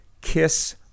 KISS